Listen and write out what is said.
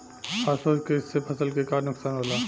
Phosphorus के से फसल के का नुकसान होला?